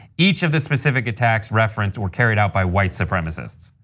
each of the specific attacks reference or carried out by white supremacists.